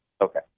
Okay